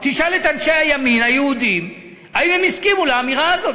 תשאל את אנשי הימין היהודים אם הסכימו לאמירה הזאת.